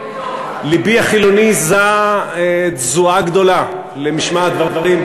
לבי החילוני זע תזועה גדולה למשמע הדברים.